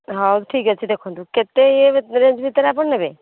ହଉ ଠିକ୍ ଅଛି ଦେଖନ୍ତୁ କେତେ ଇଏ ରେଞ୍ଜ୍ ଭିତରେ ଆପଣ ନେବେ